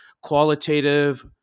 qualitative